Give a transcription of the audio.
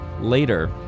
later